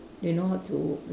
they know how to